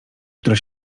która